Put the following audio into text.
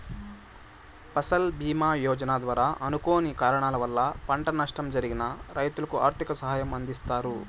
ఫసల్ భీమ యోజన ద్వారా అనుకోని కారణాల వల్ల పంట నష్టం జరిగిన రైతులకు ఆర్థిక సాయం అందిస్తారు